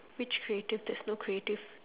which creative there's no creative